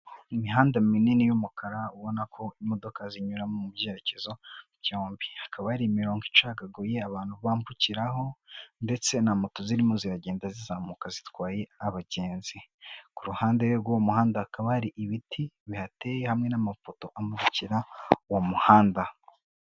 Imihanda minini y'umukara ubona ko imodoka zinyura mu byerekezo byombi, hakaba hari imirongo icagaguye abantu bambukiraho ndetse na moto zirimo ziragenda zizamuka zitwaye abagenzi. Ku ruhande rw'uwo muhanda hakaba hari ibiti bihateye hamwe n'amafoto amurikira uwo muhanda.